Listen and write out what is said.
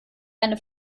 eine